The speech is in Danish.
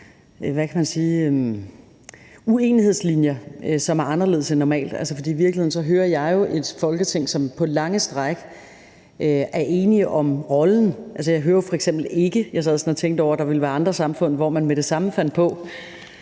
uenighedslinjer, som er anderledes end normalt, for i virkeligheden hører jeg jo et Folketing, hvor man på lange stræk er enige om rollen. Jeg sad sådan og tænkte over, at der ville være andre samfund, hvor man med det samme fandt på,